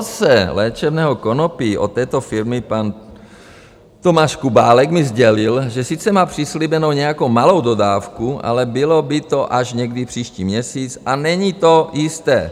Dovozce léčebného konopí od této firmy pan Tomáš Kubálek mi sdělil, že sice má přislíbeno nějakou malou dodávku, ale bylo by to až někdy příští měsíc a není to jisté.